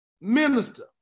Minister